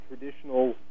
traditional